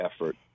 effort